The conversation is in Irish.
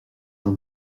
orm